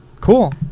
cool